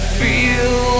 feel